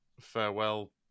Farewell